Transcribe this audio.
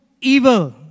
evil